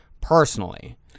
personally